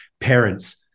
parents